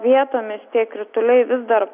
vietomis tie krituliai vis dar